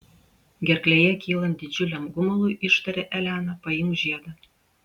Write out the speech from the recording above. gerklėje kylant didžiuliam gumului ištarė elena paimk žiedą